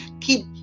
keep